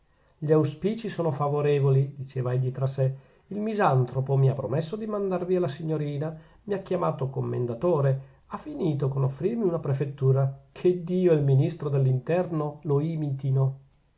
gli auspici sono favorevoli diceva egli tra sè il misantropo mi ha promesso di mandar via la signorina mi ha chiamato commendatore ha finito con offrirmi una prefettura che iddio e il ministro dell'interno lo imitino